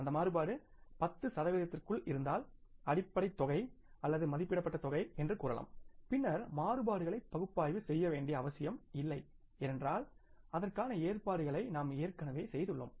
அந்த மாறுபாடு 10 சதவிகிதத்திற்குள் இருந்தால் அடிப்படை தொகை அல்லது மதிப்பிடப்பட்ட தொகை என்று கூறலாம் பின்னர் மாறுபாடுகளை பகுப்பாய்வு செய்ய வேண்டிய அவசியமில்லை ஏனென்றால் அதற்கான ஏற்பாடுகளை நாம ஏற்கனவே செய்துள்ளோம்